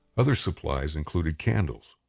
other supplies included candles,